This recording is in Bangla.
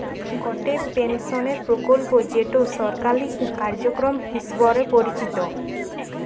গটে পেনশনের প্রকল্প যেটো সরকারি কার্যক্রম হিসবরে পরিচিত